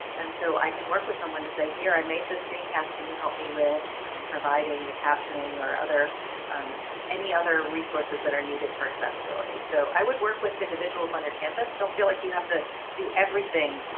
and so i can work with someone to say here, i made the screen cast, can you help me with providing the captioning or other any other resources that are needed for accessibility? so i would work with individuals on your campus. don't feel like you have to do everything,